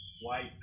white